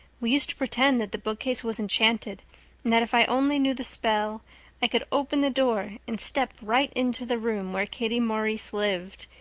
we used to pretend that the bookcase was enchanted and that if i only knew the spell i could open the door and step right into the room where katie maurice lived,